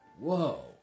Whoa